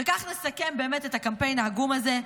וכך נסכם באמת את הקמפיין העגום הזה.